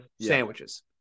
Sandwiches